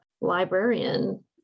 librarian